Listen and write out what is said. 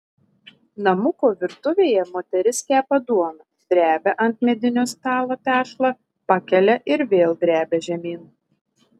namuko virtuvėje moteris kepa duoną drebia ant medinio stalo tešlą pakelia ir vėl drebia žemyn